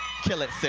kill it, sis.